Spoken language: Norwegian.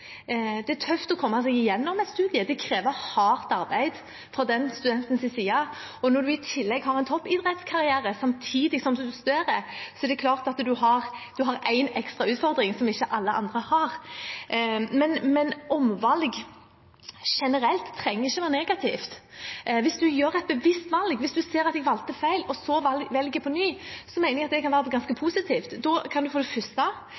komme seg igjennom et studium. Det krever hardt arbeid fra studentens side, og når man i tillegg har en toppidrettskarriere samtidig som man studerer, har man en ekstra utfordring som ikke alle andre har. Omvalg trenger ikke å være negativt generelt sett. Hvis man gjør et bevisst valg, hvis man ser at man har valgt feil, og så velger på ny, så mener jeg at det kan være ganske positivt. Da kan man for det første